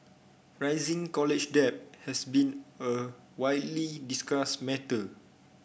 rising college debt has been a widely discussed matter